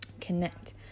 connect